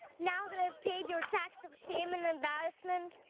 now that i have paid your tax of shame and embarrassment?